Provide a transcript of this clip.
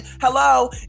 hello